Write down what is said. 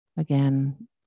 Again